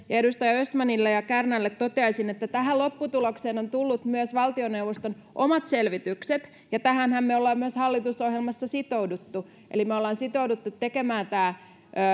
edustaja östmanille ja kärnälle toteaisin että tähän lopputulokseen ovat tulleet myös valtioneuvoston omat selvitykset ja tähänhän me olemme myös hallitusohjelmassa sitoutuneet eli me olemme sitoutuneet tekemään tämän